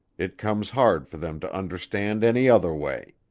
it comes hard for them to understand any other way.